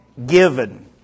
Given